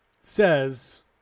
says